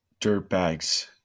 dirtbags